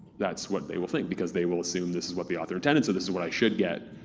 that's what they will think because they will assume this is what the author intended, so this is what i should get.